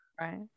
Right